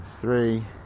three